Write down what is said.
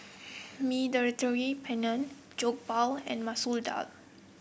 Mediterranean Penne Jokbal and Masoor Dal